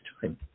time